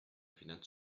finanz